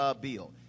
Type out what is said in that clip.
bill